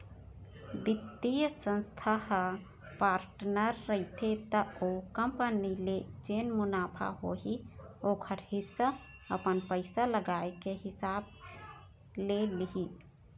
बित्तीय संस्था ह पार्टनर रहिथे त ओ कंपनी ले जेन मुनाफा होही ओखर हिस्सा अपन पइसा लगाए के हिसाब ले लिही